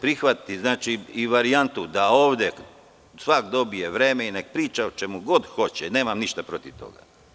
Prihvatiću i varijantu da ovde svako dobije vreme i neka priča o čemu god hoće, nemam ništa protiv toga.